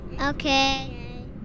okay